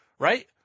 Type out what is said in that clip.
Right